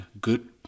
good